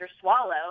Swallow